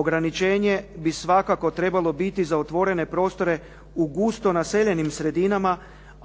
Ograničenje bi svakako trebalo biti za otvorene prostore u gusto naseljenim sredinama,